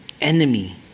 enemy